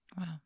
Wow